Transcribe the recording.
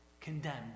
condemned